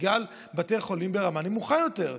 בגלל בתי חולים ברמה נמוכה יותר.